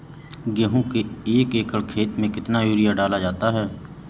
गेहूँ के एक एकड़ में कितना यूरिया डाला जाता है?